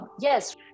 Yes